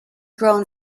grown